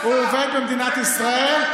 הוא עובד אצל השר.